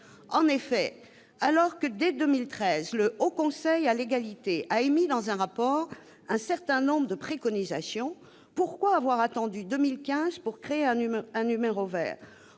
En effet, alors que dès 2013 le Haut Conseil à l'égalité avait émis dans un rapport un certain nombre de préconisations, pourquoi avoir attendu 2015 pour créer un numéro vert ?